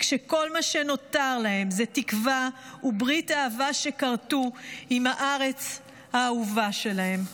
כשכל מה שנותר להם זה תקווה וברית האהבה שכרתו עם הארץ האהובה שלהם.